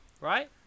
right